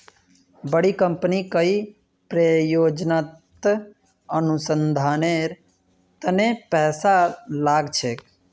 बड़ी कंपनी कई परियोजनात अनुसंधानेर तने पैसा लाग छेक